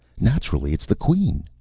naturally, it's the queen.